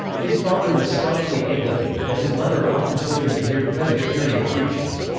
his father was staunchly anglican, but his mother often took him to hear presbyterian preachers.